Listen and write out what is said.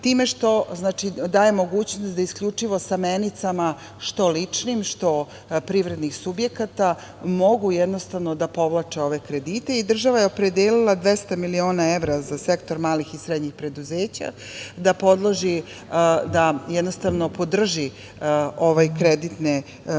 time što daje mogućnost da isključivo sa menicama, što ličnim, što privrednih subjekata, mogu jednostavno da povlače ove kredite. Država je opredelila 200 miliona evra za sektor malih i srednjih preduzeća da jednostavno podrži ove kreditne mogućnosti,